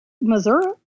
Missouri